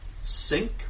sink